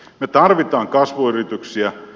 me tarvitsemme kasvuyrityksiä